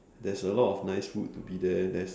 there's a lot of nice food to be there there's